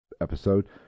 episode